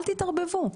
אל תתערבבו.